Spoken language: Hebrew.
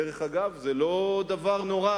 דרך אגב, זה לא דבר נורא.